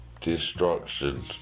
destruction